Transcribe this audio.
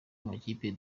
amakipe